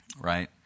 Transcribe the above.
Right